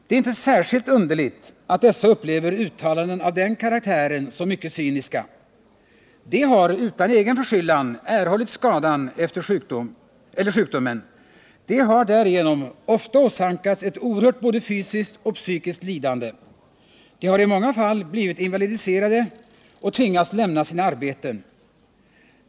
Det är inte särskilt underligt att dessa upplever uttalanden av den karaktären som mycket cyniska. De har utan egen förskyllan erhållit skadan eller sjukdomen. De har därigenom ofta åsamkats ett oerhört både fysiskt och psykiskt lidande. De har i många fall blivit invalidiserade och tvingats lämna sina arbeten.